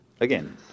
again